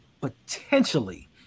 potentially